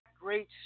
great